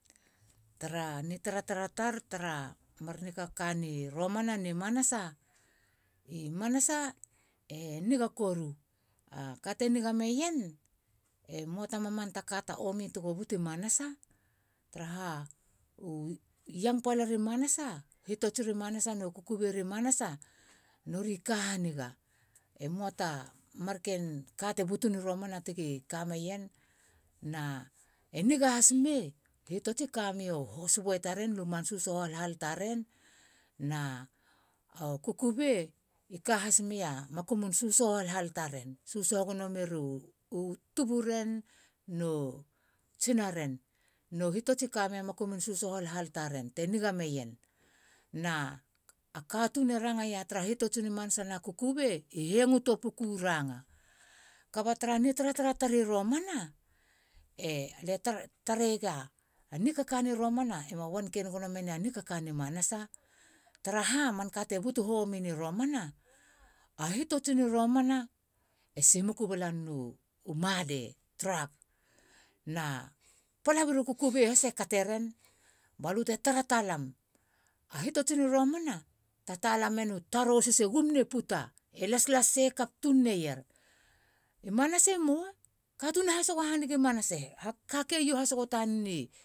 Tara ni tara tar tara mar nikaka romana ne manasa. i manasa e niga koru. a kate niga meien e moa ta ta mamanta ta ka ta omi tego buti manasa. taraha u yangpala ri manasa. hitots ri manasa no kukubei ri manasa nori ka haniga emoa ta marken ka te butuni romana tigi kameien na e niga has mei u hitots e kameiu hos bue taren luman susoho halhal taren na u kukubei i ka hasmeia makumin susoho halhal taren. susoho meiru tuburen no tsinaren no hitots i kameia makumin susoho halhal taren te niga meiena a katun e rangaia tara hitotsini manasa na kukubei i hengo toa puku ranga. Kuba tara ni tara tara lia i romana alie tareiega nikaka romana e ma wanken gono mene nikakani manasa taraha manka te butu homimeni romana a hitotsini romana e simuku bala nenu ma de drug. na palabi ru kukubei hase kateren balute tara talem a hitotsiri romana tatala mena tarosis te gum ne puta. e las. las sei kap tun neier. I manasa. mua. katun i hasogo haniga. manasa i keio hasogo tanen i iasa.